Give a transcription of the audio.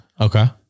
okay